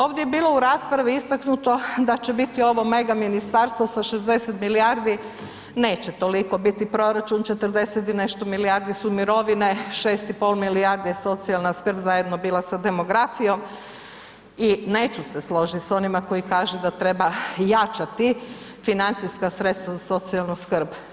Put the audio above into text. Ovdje je bilo u raspravi istaknuto da će biti ovo mega ministarstvo sa 60 milijardi, neće toliko biti proračun, 40 i nešto milijardi su mirovine, 6 i pol milijardi je socijalna skrb zajedno bila sa demografijom i neću se složiti s onima koji kažu da treba jačati financijska sredstva za socijalnu skrb.